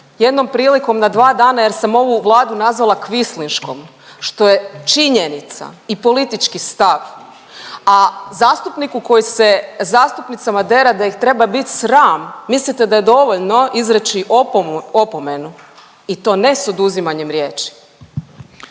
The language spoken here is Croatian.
jednom prilikom na dva dana jer sam ovu vladu nazvala kvislinškom što je činjenica i politički stav, a zastupniku koji se zastupnicama dere da ih treba bit sram mislite da je dovoljno izreći opomenu i to ne s oduzimanjem riječi.